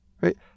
right